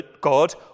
God